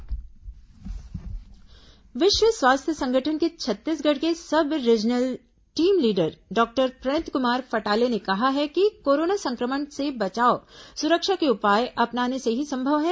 corona बचाव सलाह जागरूकता विश्व स्वास्थ्य संगठन के छत्तीसगढ़ के sub regional team leader doctor Pranit Kumar Phatale ने कहा है कि कोरोना संक्रमण से बचाव सुरक्षा के उपाय अपनाने से ही संभव है